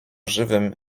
żywym